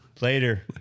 Later